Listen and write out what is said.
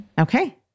Okay